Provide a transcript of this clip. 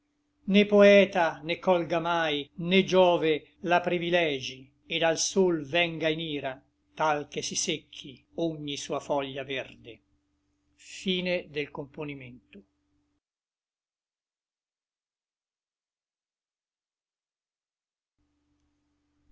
né poeta ne colga mai né giove la privilegi et al sol venga in ira tal che si secchi ogni sua foglia verde